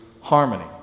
harmony